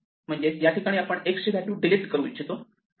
म्हणजेच या ठिकाणी आपण x ची व्हॅल्यू डिलीट करू इच्छितो